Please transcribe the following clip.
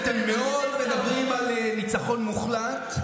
אתם עוד מדברים על ניצחון מוחלט,